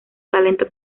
talento